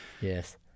Yes